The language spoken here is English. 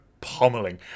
pummeling